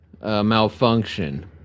Malfunction